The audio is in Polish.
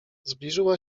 zbliżyła